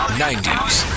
90s